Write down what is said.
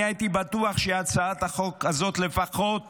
אני הייתי בטוח שעל הצעת החוק הזו לפחות